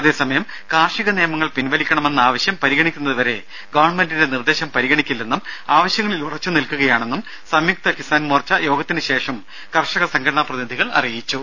അതേസമയം കാർഷിക നിയമങ്ങൾ പിൻവലിക്കണമെന്ന ആവശ്യം പരിഗണിക്കുന്നതുവരെ ഗവൺമെന്റിന്റെ നിർദേശം പരിഗണിക്കില്ലെന്നും ആവശ്യങ്ങളിൽ ഉറച്ചു നിൽക്കുകയാണെന്നും സംയുക്ത കിസാൻ മോർച്ച യോഗത്തിന് ശേഷം കർഷക സംഘടനാ പ്രതിനിധികൾ അറിയിച്ചു